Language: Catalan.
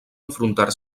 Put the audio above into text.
enfrontar